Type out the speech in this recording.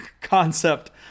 concept